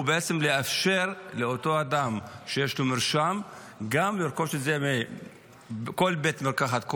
הוא בעצם לאפשר לאותו אדם שיש לו מרשם גם לרכוש את זה מכל בית מרקחת,